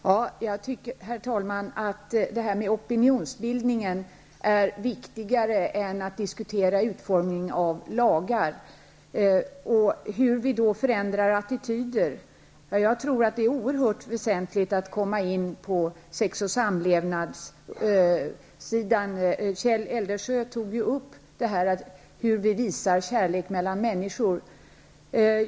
Herr talman! Jag tycker att opinionsbildningen är viktigare än att diskutera utformningen av lagar. När vi talar om hur vi förändrar attityder, tror jag att det är oerhört väsentligt att komma in på sex och samlevnad. Kjell Eldensjö tog upp hur vi visar kärlek mellan människor.